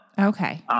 Okay